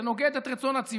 זה נוגד את רצון הציבור.